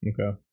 Okay